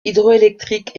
hydroélectrique